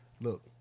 look